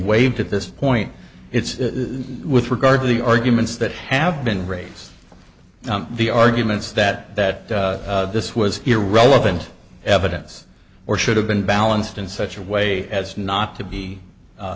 waived at this point it's with regard to the arguments that have been raised the arguments that that this was irrelevant evidence or should have been balanced in such a way as not to be